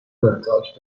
ورتاک